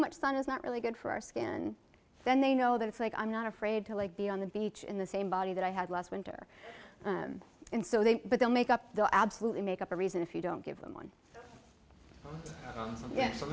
much sun is not really good for our skin then they know that it's like i'm not afraid to like the on the beach in the same body that i had last winter and so they don't make up the absolutely make up a reason if you don't give them one